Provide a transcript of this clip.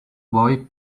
boy